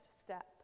step